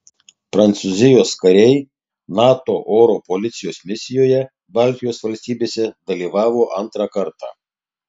prancūzijos kariai nato oro policijos misijoje baltijos valstybėse dalyvavo antrą kartą